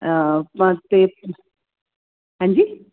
ਪ ਅਤੇ ਹਾਂਜੀ